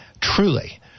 truly